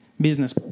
business